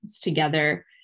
together